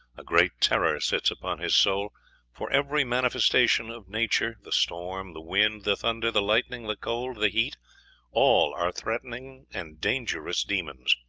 a great terror sits upon his soul for every manifestation of nature the storm, the wind, the thunder, the lightning, the cold, the heat all are threatening and dangerous demons.